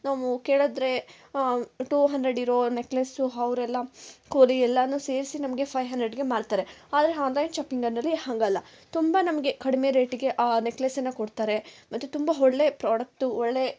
ನಾವು ಕೇಳಿದ್ರೆ two hundred ಇರೋ ನೆಕ್ಲೆಸ್ಸು ಅವ್ರೆಲ್ಲ ಕೂಲಿ ಎಲ್ಲವೂ ಸೇರಿಸಿ ನಮಗೆ ಫೈವ್ ಹನ್ಡ್ರೆಡ್ಗೆ ಮಾರ್ತಾರೆ ಆದರೆ ಹಾನ್ಲೈನ್ ಶಾಪಿಂಗನಲ್ಲಿ ಹಂಗಲ್ಲ ತುಂಬ ನಮಗೆ ಕಡಿಮೆ ರೇಟ್ಗೆ ಆ ನೆಕ್ಲೆಸನ್ನು ಕೊಡ್ತಾರೆ ಮತ್ತು ತುಂಬ ಹೊಳ್ಳೆ ಪ್ರಾಡಕ್ಟು ಒಳ್ಳೆ